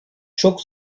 çok